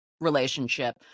relationship